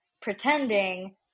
pretending